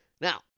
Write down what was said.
Now